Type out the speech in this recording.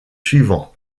suivants